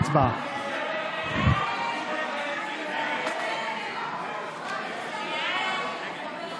ההצעה להעביר לוועדה את הצעת חוק העונשין (תיקון,